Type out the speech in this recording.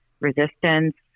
resistance